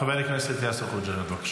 חבר הכנסת יאסר חוג'יראת,